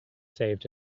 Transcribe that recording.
saved